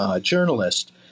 journalist